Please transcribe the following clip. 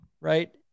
right